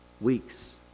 weeks